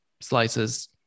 slices